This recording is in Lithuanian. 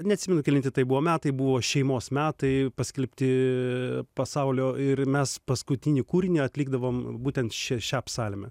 neatsimenu kelinti tai buvo metai buvo šeimos metai paskelbti pasaulio ir mes paskutinį kūrinį atlikdavom būtent ši šią psalmę